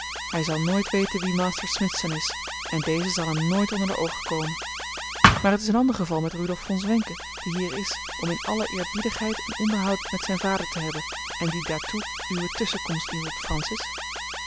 hij zal nooit weten wie master smithson is en deze zal hem nooit onder de oogen komen maar t is een ander geval met rudolf von zwenken die hier is om in alle eerbiedigheid een onderhoud met zijn vader te hebben en die daartoe uwe tusschenkomst inroept francis